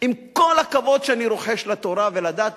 עם כל הכבוד שאני רוחש לתורה ולדת,